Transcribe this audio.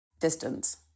Distance